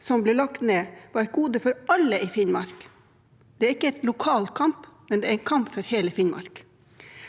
som ble lagt ned, var et gode for alle i Finnmark. Det er ikke en lokal kamp, men en kamp for hele Finnmark.